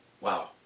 Wow